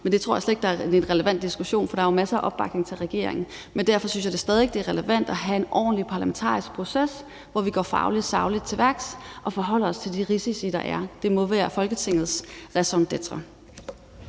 Det tror jeg slet ikke er en relevant diskussion, for der er jo masser af opbakning til regeringen, men derfor synes jeg stadig væk, det er relevant at have en ordentlig parlamentarisk proces, hvor vi går fagligt og sagligt til værks og forholder os til de risici, der er. Det må være Folketingets raison d'être.